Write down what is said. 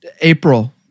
April